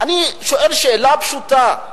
אני שואל שאלה פשוטה.